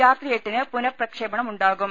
രാത്രി എട്ടിന് പുനഃപ്രക്ഷേപണമുണ്ടാകും